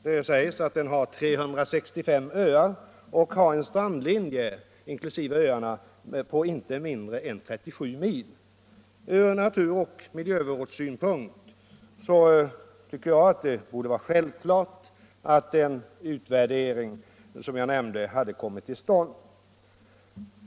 Den har med sina 365 öar en strandlinje på inte mindre än 37 mil. Ur naturoch miljövårdssynpunkt borde det vara självklart att en sådan utvärdering som jag nämnt kommer till stånd.